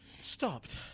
stopped